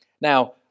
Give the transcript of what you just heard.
Now